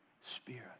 spirit